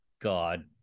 God